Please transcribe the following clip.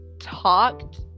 talked